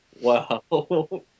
Wow